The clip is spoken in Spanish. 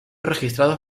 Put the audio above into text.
registrados